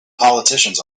politicians